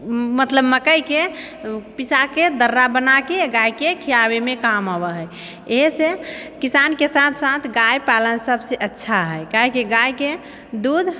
मतलब मककइके पिसाके दर्रा बनाके गायके खियाबेमे काम आवा है एहेसे किसानके साथ साथ गाय पालना सबसँ अच्छा है काहेकि गायके दूध